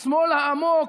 בשמאל העמוק,